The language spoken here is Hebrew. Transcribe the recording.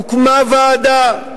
הוקמה ועדה,